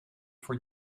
voor